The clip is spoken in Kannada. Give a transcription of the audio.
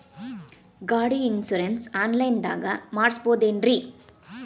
ಗಾಡಿ ಇನ್ಶೂರೆನ್ಸ್ ಆನ್ಲೈನ್ ದಾಗ ಮಾಡಸ್ಬಹುದೆನ್ರಿ?